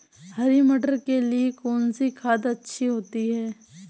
हरी मटर के लिए कौन सी खाद अच्छी होती है?